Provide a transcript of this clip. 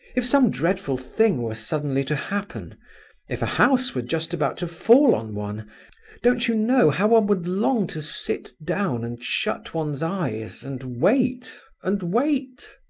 if some dreadful thing were suddenly to happen if a house were just about to fall on one don't you know how one um would long to sit down and shut one's eyes and wait, and wait?